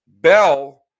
Bell